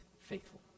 faithful